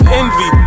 envy